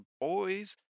boys